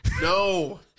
no